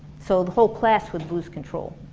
so the whole class would lose control